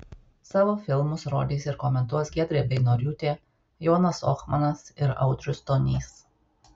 savo filmus rodys ir komentuos giedrė beinoriūtė jonas ohmanas ir audrius stonys